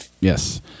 yes